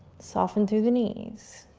soften through the knees,